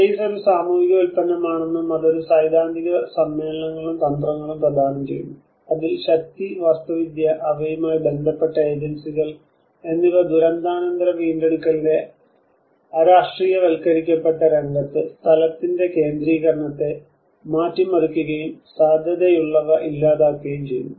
space ഒരു സാമൂഹിക ഉൽപ്പന്നമാണെന്നും അത് ഒരു സൈദ്ധാന്തിക സമ്മേളനങ്ങളും തന്ത്രങ്ങളും പ്രദാനം ചെയ്യുന്നു അതിൽ ശക്തി വാസ്തുവിദ്യ അവയുമായി ബന്ധപ്പെട്ട ഏജൻസികൾ എന്നിവ ദുരന്താനന്തര വീണ്ടെടുക്കലിന്റെ അരാഷ്ട്രീയവൽക്കരിക്കപ്പെട്ട രംഗത്ത് സ്ഥലത്തിന്റെ കേന്ദ്രീകരണത്തെ മാറ്റിമറിക്കുകയും സാധ്യതയുള്ളവ ഇല്ലാതാക്കുകയും ചെയ്യുന്നു